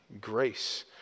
grace